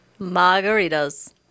Margaritas